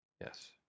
Yes